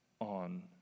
On